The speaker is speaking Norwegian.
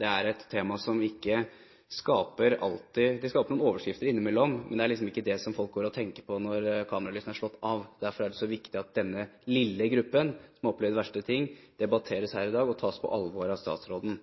Det er et tema som skaper noen overskrifter innimellom, men det er liksom ikke det folk går og tenker på når kameralysene er slått av. Derfor er det så viktig at denne lille gruppen, som har opplevd de verste ting, debatteres her i dag og tas på alvor av statsråden.